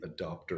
adopter